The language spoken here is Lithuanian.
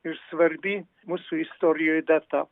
ir svarbi mūsų istorijoj data